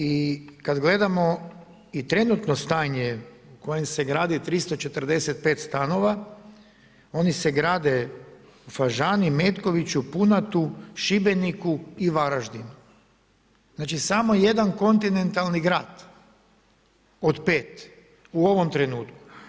I kada gledamo i trenutno stanje u kojem se gradi 345 stanova, oni se grade u Fažani, Metkoviću, Punatu, Šibeniku i Varaždinu, znači samo jedan kontinentalni grad od pet u ovom trenutku.